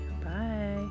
bye